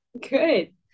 Good